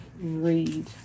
read